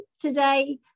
today